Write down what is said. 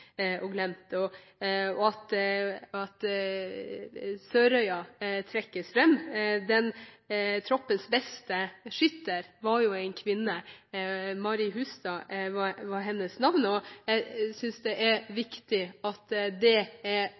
og glemt, og at Sørøya trekkes fram. Denne troppens beste skytter var jo en kvinne – Mary Hustad var hennes navn – og jeg synes det er viktig at